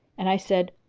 and i said,